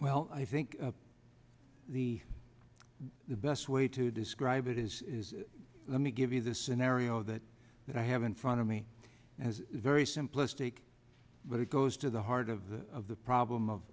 well i think the the best way to describe it is let me give you the scenario that i have in front of me as very simplistic but it goes to the heart of the of the problem of